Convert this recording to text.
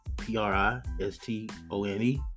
P-R-I-S-T-O-N-E